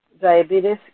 diabetes